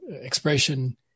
expression